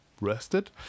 rested